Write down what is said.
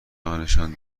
نشان